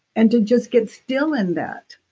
and to just get still in that,